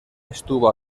estuvo